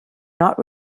not